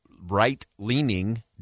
right-leaning